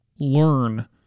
learn